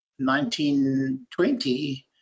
1920